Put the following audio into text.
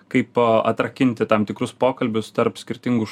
kaip atrakinti tam tikrus pokalbius tarp skirtingų